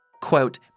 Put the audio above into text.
quote